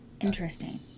Interesting